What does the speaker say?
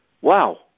Wow